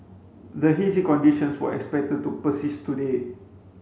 the hazy conditions were expected to persist today